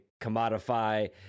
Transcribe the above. commodify